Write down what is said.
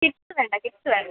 kids വേണ്ട kids വേണ്ട